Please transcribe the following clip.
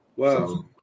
Wow